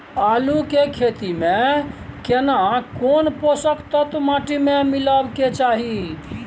आलू के खेती में केना कोन पोषक तत्व माटी में मिलब के चाही?